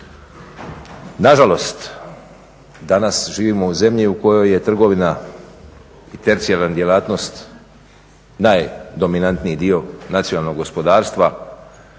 Nažalost danas živimo u zemlji u kojoj je trgovina i tercijarna djelatnost najdominantniji dio nacionalnog gospodarstva,